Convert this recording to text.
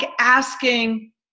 asking